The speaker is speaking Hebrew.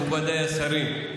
מכובדיי השרים,